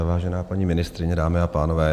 Vážená paní ministryně, dámy a pánové.